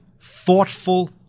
thoughtful